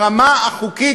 ברמה החוקית.